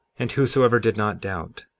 and whosoever did not doubt,